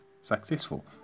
successful